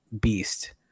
beast